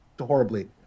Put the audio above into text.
horribly